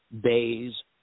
bays